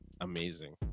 amazing